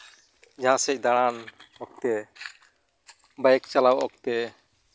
ᱡᱟᱦᱟᱸ ᱥᱮᱫ ᱫᱟᱬᱟᱱ ᱚᱠᱛᱮ ᱵᱟᱭᱤᱠ ᱪᱟᱞᱟᱣ ᱚᱠᱛᱮ